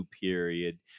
period